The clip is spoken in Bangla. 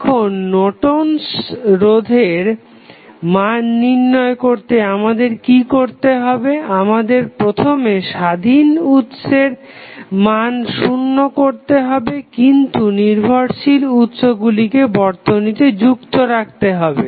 এখন নর্টন'স রোধের Nortons resistance মান নির্ণয় করতে আমাদের কি করতে হবে আমাদের প্রথমে স্বাধীন উৎসের মান শুন্য করতে হবে কিন্তু নির্ভরশীল উৎসগুলিকে বর্তনীতে যুক্ত রাখতে হবে